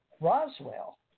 Roswell